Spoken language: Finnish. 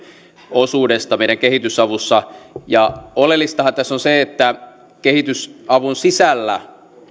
osuudesta meidän kehitysavussa oleellistahan tässä on se että kehitysavun sisällä